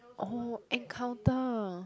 oh encounter